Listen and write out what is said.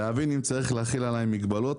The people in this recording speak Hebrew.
להבין אם צריך להחיל עליי מגבלות,